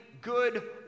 good